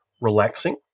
relaxing